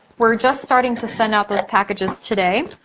we're just starting to send out those packages today.